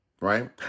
right